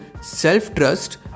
self-trust